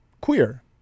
queer